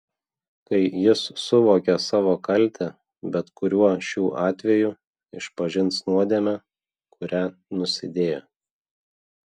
kai jis suvokia savo kaltę bet kuriuo šių atvejų išpažins nuodėmę kuria nusidėjo